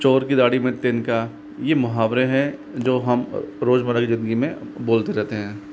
चोर के दाड़ी में तिनका ये मुहावरे है जो हम रोज मर्रा के जिंदगी में बोलते रहते हैं